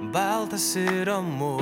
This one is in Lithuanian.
baltas ir ramu